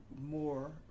more